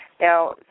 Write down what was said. Now